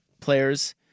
players